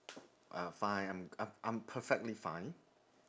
uh fine I'm I'm I'm perfectly fine